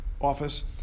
office